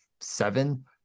seven